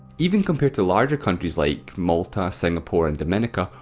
even compared to larger countries, like malta, singapore and dominica,